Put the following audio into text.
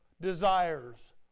desires